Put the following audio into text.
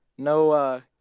No